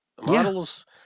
models